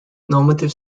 normative